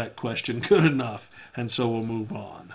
that question good enough and so we'll move on